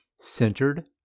centered